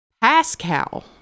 Pascal